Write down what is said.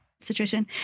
situation